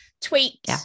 tweaked